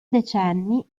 decenni